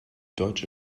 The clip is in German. deutsche